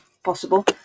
possible